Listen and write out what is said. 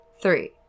three